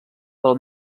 del